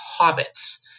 hobbits